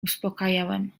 uspokajałem